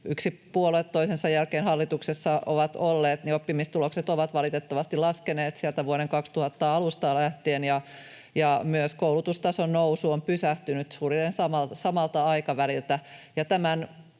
kun puolue toisensa jälkeen hallituksessa on ollut, oppimistulokset ovat valitettavasti laskeneet, sieltä vuoden 2000 alusta lähtien, ja myös koulutustason nousu on pysähtynyt suunnilleen samalla aikavälillä.